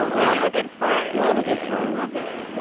i love a good fart. love a good fart. love it.